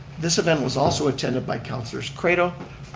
this event was also attended by councilors craitor,